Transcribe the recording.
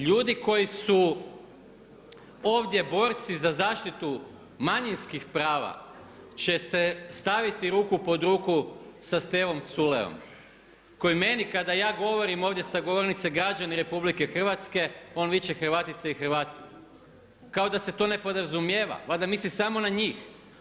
Ljudi koji su ovdje borci za zaštitu manjinskih prava će se staviti ruku pod ruku sa Stevom Culejom, koji meni kada ja govorim ovdje sa govornice građani RH, on više Hrvatice i Hrvati, kao da se to ne podrazumijeva, valjda misli samo na njih.